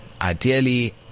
Ideally